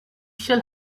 shall